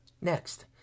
Next